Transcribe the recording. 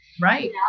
Right